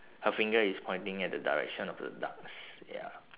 her finger is pointing at the direction of the ducks ya